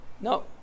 No